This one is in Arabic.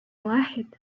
واحد